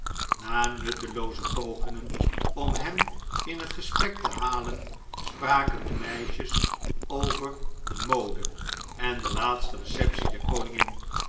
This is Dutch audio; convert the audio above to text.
na nuttelooze pogingen om hem in het gesprek te halen spraken de meisjes over de mode en de laatste receptie der koningin